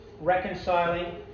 reconciling